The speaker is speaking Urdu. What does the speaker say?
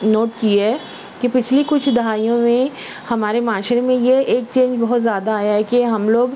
نوٹ کی ہے کہ پچھلی کچھ دہائیوں میں ہمارے معاشرے میں یہ ایک چینج بہت زیادہ آیا ہے کہ ہم لوگ